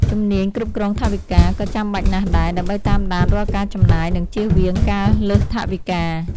ជំនាញគ្រប់គ្រងថវិកា ក៏ចាំបាច់ណាស់ដែរ ដើម្បីតាមដានរាល់ការចំណាយ និងជៀសវាងការលើសថវិកា។